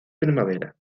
primavera